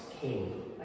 king